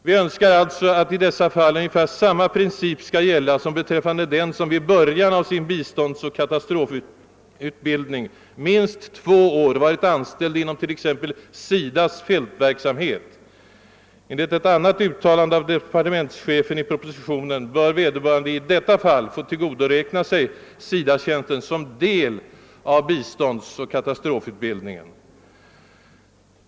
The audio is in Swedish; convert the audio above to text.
Vi önskar alltså att i dessa fall ungefär samma princip skall gälla som beträffande den som vid början av sin biståndsoch katastrofutbildning minst två år varit anställd inom t.ex. SIDA:s fältverksamhet. Enligt ett annat uttalande av departementschefen i propositionen bör vederbörande i detta fall få tillgodoräkna sig SIDA-tjänsten som del av biståndsoch katastrofutbildningen.